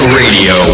radio